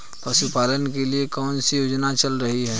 पशुपालन के लिए कौन सी योजना चल रही है?